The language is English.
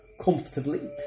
comfortably